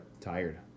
tired